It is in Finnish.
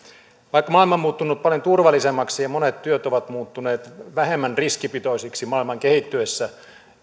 vaikka maailma on muuttunut paljon turvallisemmaksi ja monet työt ovat muuttuneet vähemmän riskipitoisiksi maailman kehittyessä